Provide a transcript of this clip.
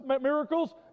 miracles